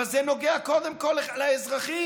אבל זה נוגע קודם כול לאזרחים,